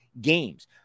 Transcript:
games